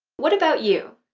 what about you?